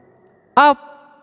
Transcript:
off